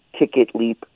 ticketleap